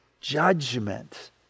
judgment